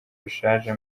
bishaje